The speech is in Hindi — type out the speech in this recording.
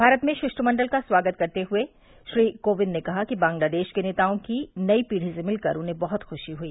भारत में शिष्टमंडल का स्वागत करते हुए श्री कोविंद ने कहा कि बांग्लादेश के नेताओं की नई पीढ़ी से मिलकर उन्हें बहुत खुशी हुई